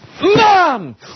Mom